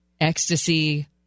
ecstasy